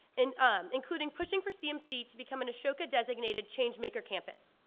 and um including pushing for cmc to become an ashoka-designated change-maker campus.